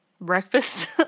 breakfast